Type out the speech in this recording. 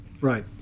Right